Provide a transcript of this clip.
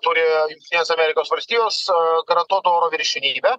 turi jungtinės amerikos valstijos garantuotų oro viršenybę